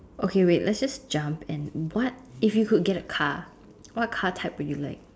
okay wait let's just jump and what if you could get a car what car type would you like